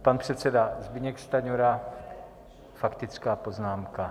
Pan předseda Zbyněk Stanjura, faktická poznámka.